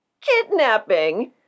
kidnapping